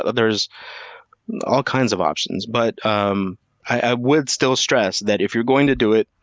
there's all kinds of options. but um i would still stress that if you're going to do it,